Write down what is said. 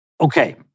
Okay